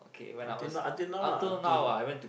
until now until now lah until